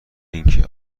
اینکه